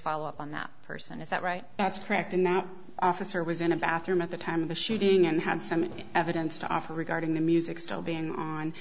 follow up on that person is that right that's correct in that officer was in a bathroom at the time of the shooting and had some evidence to offer regarding the music still being on